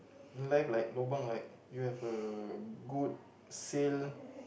you like like lobang like you have a good sale